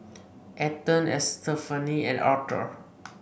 Ethan Estefany and Arthur